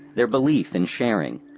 their belief in sharing.